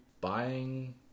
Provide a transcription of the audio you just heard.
buying